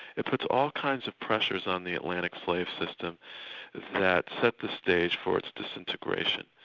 it puts all kinds of pressures on the atlantic slave system that set the stage for its disintegration.